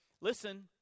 Listen